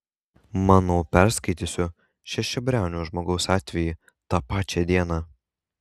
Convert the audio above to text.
manau perskaitysiu šešiabriaunio žmogaus atvejį tą pačią dieną